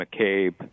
McCabe